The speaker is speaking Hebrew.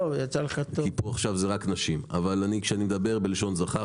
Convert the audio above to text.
אבל כשאני מדבר בלשון זכר,